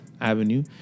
avenue